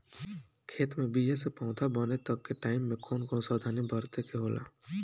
खेत मे बीया से पौधा बने तक के टाइम मे कौन कौन सावधानी बरते के होला?